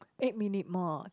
eight minute more